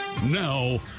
Now